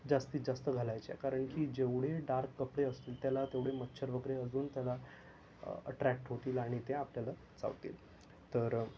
जास्तीत जास्त घालायचे आहे कारण की जेवढे डार्क कपडे असतील त्याला तेवढे मच्छर वगैरे अजून त्याला अट्रॅक्ट होतील आणि ते आपल्याला चावतील तर